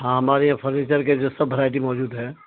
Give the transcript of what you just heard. ہاں ہمارے یہاں فرنیچر کے جو سب ورائٹی موجود ہے